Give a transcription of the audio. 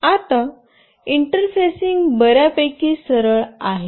आता इंटरफेसिंग बर्यापैकी सरळ आहे